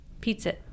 Pizza